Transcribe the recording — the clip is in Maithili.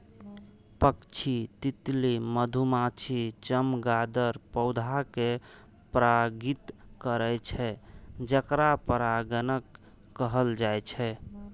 पक्षी, तितली, मधुमाछी, चमगादड़ पौधा कें परागित करै छै, जेकरा परागणक कहल जाइ छै